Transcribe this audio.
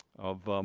of